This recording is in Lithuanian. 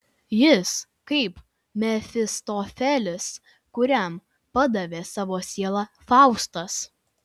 jis kaip mefistofelis kuriam pardavė savo sielą faustas